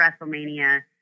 WrestleMania